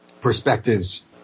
perspectives